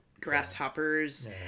grasshoppers